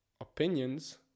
opinions